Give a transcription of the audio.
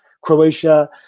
Croatia